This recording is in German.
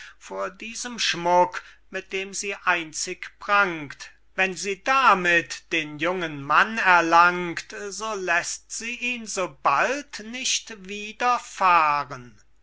vor diesem schmuck mit dem sie einzig prangt wenn sie damit den jungen mann erlangt so läßt sie ihn sobald nicht